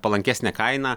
palankesnę kainą